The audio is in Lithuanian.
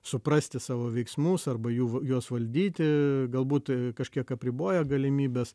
suprasti savo veiksmus arba jų juos valdyti galbūt kažkiek apriboja galimybes